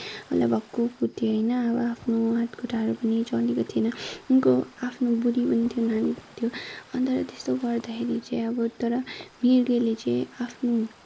उसलाई भक्कु कुट्यो होइन अब आफ्नो हातखुट्टाहरू पनि चलेको थिएन उनको आफ्नो बुढी पनि थियो नानी पनि थियो अनि त्यस्तो गर्दाखेरि चाहिँ अब तर मिर्गेले चाहिँ आफ्नो